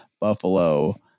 Buffalo